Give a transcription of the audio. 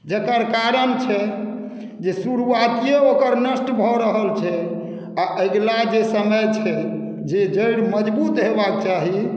जेकर कारण छै जे शुरुआतिए ओकर नष्ट भऽ रहल छै आ अगिला जे समय छै जे जड़ि मजबूत हेबाके चाही